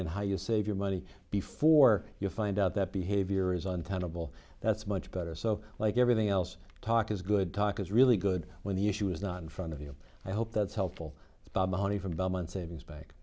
and how you save your money before you find out that behavior is untenable that's much better so like everything else talk is good talk is really good when the issue is not in front of you i hope that's helpful honey from belmont savings bank